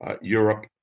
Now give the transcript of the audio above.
Europe